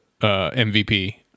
MVP